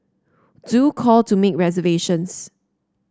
do call to make reservations